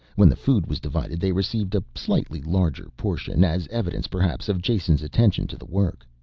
when the food was divided they received a slightly larger portion, as evidence perhaps of jason's attention to the work.